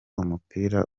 umupira